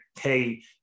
hey